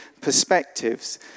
perspectives